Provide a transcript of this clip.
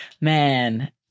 man